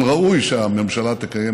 אבל ראוי שהממשלה תקיים,